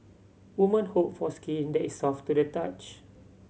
women hope for skin that is soft to the touch